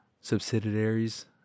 subsidiaries